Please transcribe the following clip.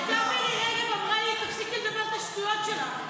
עלתה מירי רגב ואמרה לי: תפסיקי לדבר את השטויות שלך,